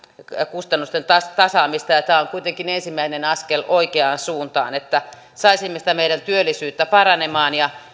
kustannusten tasaamista ja ja tämä on kuitenkin ensimmäinen askel oikeaan suuntaan että saisimme sitä meidän työllisyyttä paranemaan ja